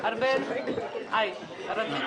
ארבל, רציתי